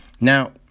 Now